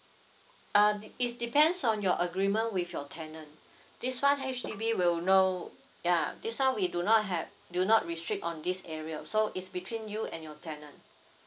uh it it depends on your agreement with your tenant this one H_D_B will no yeah this one we do not have do not restrict on this area so it's between you and your tenant